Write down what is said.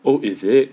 oh is it